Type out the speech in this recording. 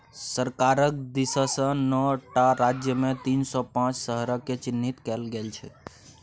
सरकारक दिससँ नौ टा राज्यमे तीन सौ पांच शहरकेँ चिह्नित कएल गेल छै